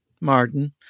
Martin